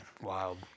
Wild